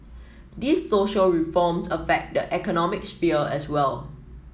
these social reforms affect the economic sphere as well